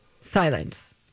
silence